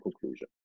conclusion